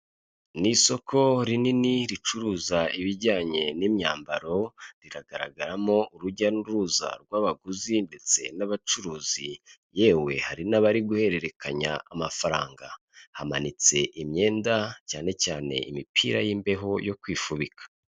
Ni isoko rinini ricuruza ibijyanye n'imyambaro, riragaragaramo urujya n'uruza rw'abaguzi ndetse n'abacuruzi, yewe hari n'abari guhererekanya amafaranga, hamanitse imyenda cyane cyane imipira y'imbeho yo kwifubika.